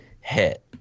hit